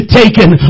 taken